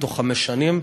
תוך חמש שנים,